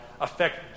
affect